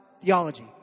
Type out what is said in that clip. theology